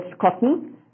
cotton